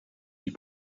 des